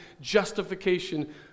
justification